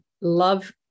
love